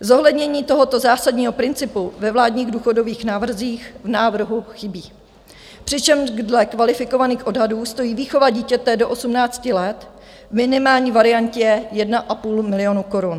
Zohlednění tohoto zásadního principu ve vládních důchodových návrzích v návrhu chybí, přičemž dle kvalifikovaných odhadů stojí výchova dítěte do 18 let v minimální variantě 1,5 milionu korun.